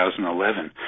2011